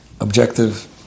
objective